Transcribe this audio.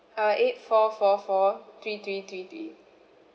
uh eight four four four three three three three